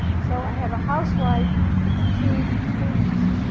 so i have a housewife and two students.